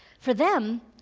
for them,